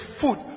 food